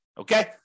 Okay